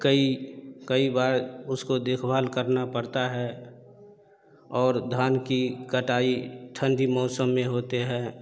कई कई बार उसको देखभाल करना पड़ता है और धान की कटाई ठण्डी मौसम में होते हैं